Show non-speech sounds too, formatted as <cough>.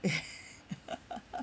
<laughs>